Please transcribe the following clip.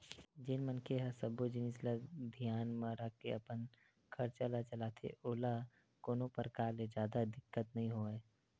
जेन मनखे ह सब्बो जिनिस ल धियान म राखके अपन खरचा ल चलाथे ओला कोनो परकार ले जादा दिक्कत नइ होवय